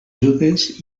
judes